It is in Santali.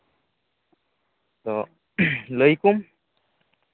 ᱛᱚ ᱞᱟᱹᱭᱟᱠᱚᱣᱟᱢ